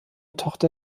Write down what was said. tochter